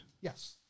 Yes